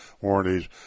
warranties